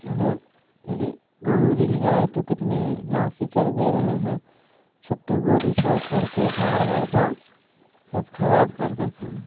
हम लोग गोरू नीलगाय तो कितनी नासिक चर दे रहे हैं छोटे गोरु छोड़ छोड़ के सांड बड़ा सब खराब कर देते हैं